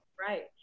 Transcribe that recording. Right